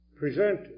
present